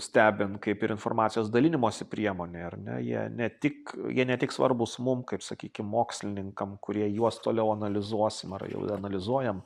stebint kaip ir informacijos dalinimosi priemonė ar ne jie ne tik jie ne tik svarbūs mum kaip sakykim mokslininkam kurie juos toliau analizuosim ar jau analizuojam